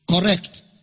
correct